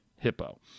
hippo